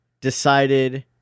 decided